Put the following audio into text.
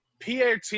PAT